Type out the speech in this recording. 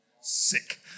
Sick